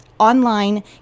online